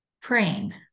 praying